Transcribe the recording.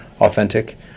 authentic